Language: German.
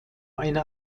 eine